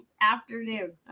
afternoon